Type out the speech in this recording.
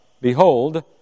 behold